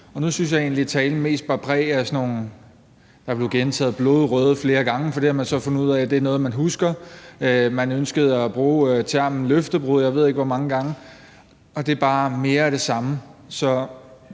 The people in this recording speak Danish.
nu synes jeg egentlig, talen mest bar præg af gentagelser. Ordet blodrøde blev gentaget flere gange, for det har man så fundet ud af er noget, folk husker. Man ønskede at bruge termen løftebrud, jeg ved ikke hvor mange gange. Og det er bare mere af det samme.